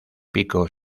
pico